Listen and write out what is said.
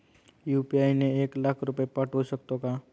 UPI ने एक लाख रुपये पाठवू शकतो का?